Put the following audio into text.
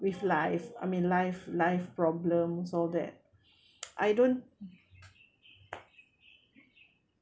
with life I mean life life problems all that I don't